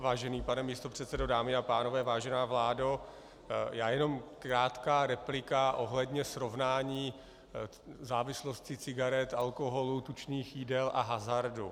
Vážený pane místopředsedo, dámy a pánové, vážená vládo, já jenom krátká replika ohledně srovnání závislosti cigaret, alkoholu, tučných jídel a hazardu.